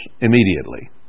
immediately